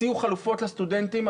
יציעו חלופות לסטודנטים,